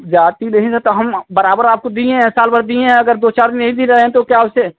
है त हम बराबर आपको दिए है साल भर दिए हैं अगर दो चार दिन नही दि रहे हैं तो क्या उससे